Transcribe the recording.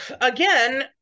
Again